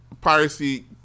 piracy